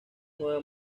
nueva